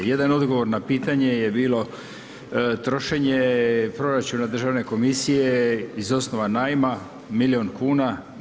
Jedan odgovor na pitanje je bilo trošenje proračuna državne komisije iz osnova najma, milijun kuna.